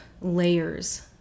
layers